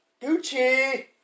Gucci